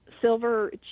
silver